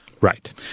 Right